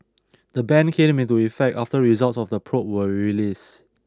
the ban came into effect after results of the probe were released